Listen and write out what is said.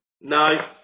No